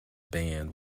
band